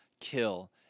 kill